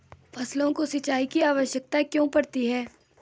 फसलों को सिंचाई की आवश्यकता क्यों पड़ती है?